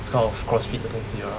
this kind of CrossFit 的东西 ah